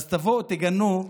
אז תבואו ותגנו.